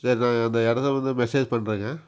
சரி நான் அந்த இடத்த வந்து மெசேஜ் பண்றேங்க